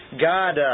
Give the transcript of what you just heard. God